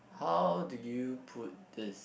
how did you put this